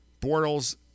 Bortles